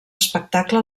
espectacle